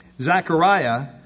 Zechariah